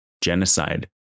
genocide